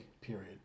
period